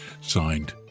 Signed